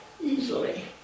easily